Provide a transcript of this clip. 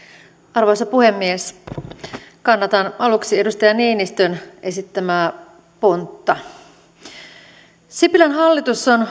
arvoisa puhemies kannatan aluksi edustaja niinistön esittämää pontta sipilän hallitus on